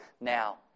now